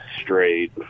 straight